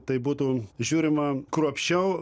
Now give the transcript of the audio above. tai būtų žiūrima kruopščiau